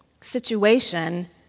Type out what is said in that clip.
situation